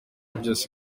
byose